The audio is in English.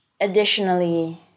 additionally